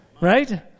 Right